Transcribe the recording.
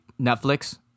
Netflix